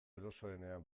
erosoenean